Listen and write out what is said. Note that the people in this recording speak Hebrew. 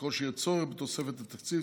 וככל שיהיה צורך בתוספת לתקציב,